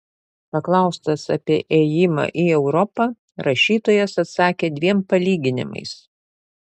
paklaustas apie ėjimą į europą rašytojas atsakė dviem palyginimais